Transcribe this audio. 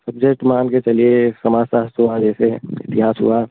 subject मानकर चलिए समाज शास्त्र हुआ जैसे इतिहास हुआ